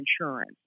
insurance